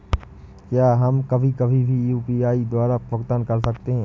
क्या हम कभी कभी भी यू.पी.आई द्वारा भुगतान कर सकते हैं?